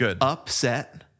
upset